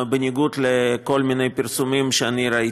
בניגוד לכל מיני פרסומים שאני ראיתי.